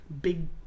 big